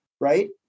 right